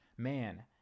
Man